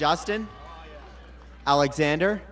justin alexander